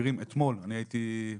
המילה הזאת רחבה מאוד.